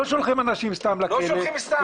לא שולחים אנשים סתם לכלא -- לא שולחים סתם,